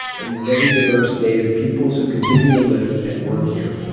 and many diverse native peoples who continue to live and work here.